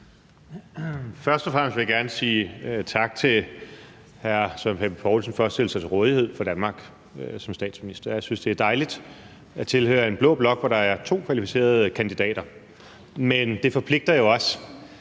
Først og fremmest vil jeg gerne sige tak til hr. Søren Pape Poulsen for at stille sig til rådighed for Danmark som statsminister. Jeg synes, det er dejligt at tilhøre en blå blok, hvor der er to kvalificerede kandidater, men det forpligter jo også